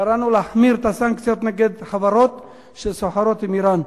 קראנו להחמיר את הסנקציות כנגד חברות שסוחרות עם אירן.